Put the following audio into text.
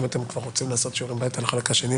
אם אתם כבר רוצים לעשות שיעורי בית על החלק השני,